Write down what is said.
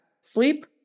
sleep